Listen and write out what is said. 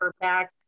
back